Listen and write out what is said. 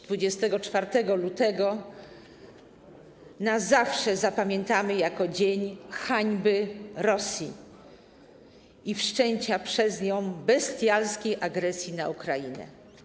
24 lutego na zawsze zapamiętamy jako dzień hańby Rosji i wszczęcia przez nią bestialskiej agresji na Ukrainę.